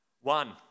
One